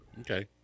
Okay